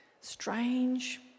strange